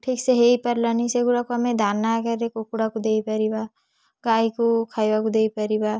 ଠିକ୍ସେ ହେଇପାରିଲାନି ସେଗୁଡ଼ାକ ଆମେ ଦାନା ଆକାରରେ କୁକୁଡ଼ାକୁ ଦେଇପାରିବା ଗାଈକୁ ଖାଇବାକୁ ଦେଇପାରିବା